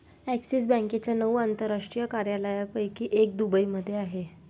axis बँकेच्या नऊ आंतरराष्ट्रीय कार्यालयांपैकी एक दुबईमध्ये आहे